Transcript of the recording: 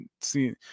See